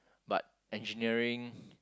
but engineering